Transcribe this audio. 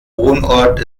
wohnort